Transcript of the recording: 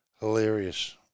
hilarious